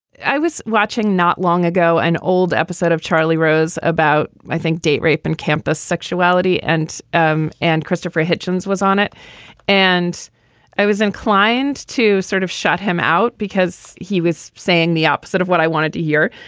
i was watching not long ago an old episode of charlie rose about i think date rape and campus sexuality and um and christopher hitchens was on it and i was inclined to sort of shut him out because he was saying the opposite of what i wanted to hear.